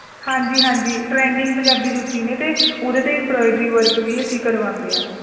ਹਾਂਜੀ ਹਾਂਜੀ ਟਰੈਂਡਿੰਗ ਪੰਜਾਬੀ ਜੁੱਤੀ ਨੇ ਅਤੇ ਉਹਦੇ 'ਤੇ ਐਮਬ੍ਰੋਆਈਡਰੀ ਵਰਕ ਵੀ ਅਸੀਂ ਕਰਵਾਉਂਦੇ ਹਾਂ